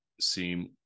seem